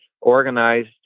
organized